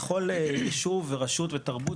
לכל יישוב ורשות ותרבות,